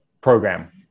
program